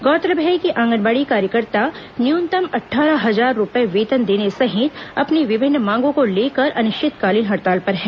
गौरतलब है कि आंगनबाड़ी कार्यकर्ता न्यूनतम अट्ठारह हजार रुपए वेतन देने सहित अपनी विभिन्न मांगों को लेकर अनिश्चितकालीन हड़ताल पर हैं